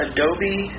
Adobe